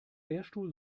lehrstuhl